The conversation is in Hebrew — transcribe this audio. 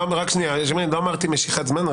לא אמרתי משיכת זמן.